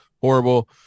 horrible